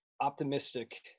optimistic